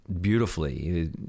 beautifully